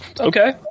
Okay